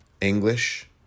English